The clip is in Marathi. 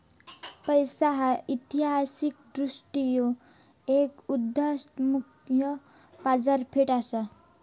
पैसो ह्या ऐतिहासिकदृष्ट्यो एक उदयोन्मुख बाजारपेठ असा